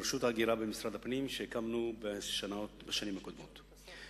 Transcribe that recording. לרשות ההגירה במשרד הפנים, שהקמנו בשנים הקודמות.